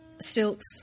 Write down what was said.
silks